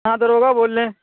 ہاں داروغہ بول رہے ہیں